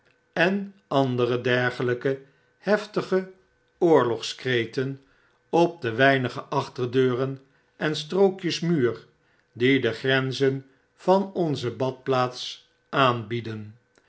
en andere dergelpe heftige oorlogskreten op de weinige achterdeuren en strookjes muur die de grenzen van onze badplaats